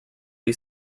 you